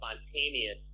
spontaneous